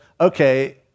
okay